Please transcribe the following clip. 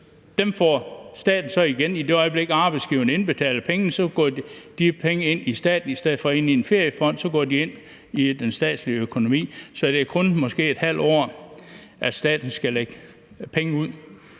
dem får staten så igen. I det øjeblik arbejdsgiveren indbetaler pengene, går de penge til staten. I stedet for at de går ind i en feriefond, går de ind i den statslige økonomi. Så det er måske kun et halvt år, at staten skal lægge penge ud